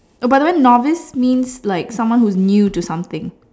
oh by the way novice means like someone who is new to something